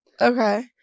Okay